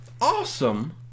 awesome